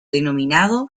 denominado